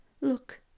look